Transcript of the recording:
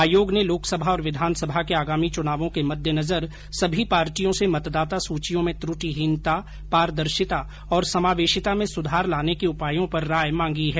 आयोग ने लोकसभा और विधानसभा के आगामी चुनावों के मद्देनजर सभी पार्टियों से मतदाता सूचियों में त्रुटिहीनता पारदर्शिता और समावेशिता में सुधार लाने के उपायों पर राय मांगी है